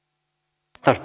arvoisa